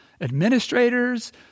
Administrators